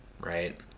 right